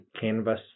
canvas